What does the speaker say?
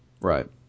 Right